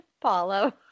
Paulo